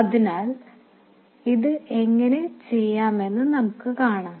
അതിനാൽ അത് എങ്ങനെ ചെയ്യാമെന്ന് നമുക്ക് കാണാം